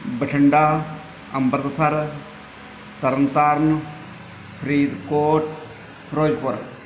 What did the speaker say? Bathinda Amritsar Tarn Taran Faridkot Firozpur